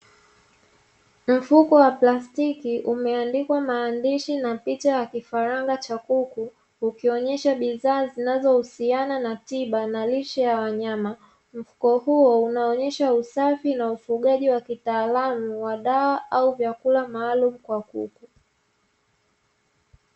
Mfuko wa plastiki umeandikwa maandishi na picha ya kifaranga cha kuku, ukionyesha bidhaa zinazohusiana na tiba na lishe ya wanyama. Mfuko huo unaonyesha usafi na ufugaji wa kitaalamu wa dawa au vyakula maalumu kwa kuku.